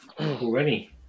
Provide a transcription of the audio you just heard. already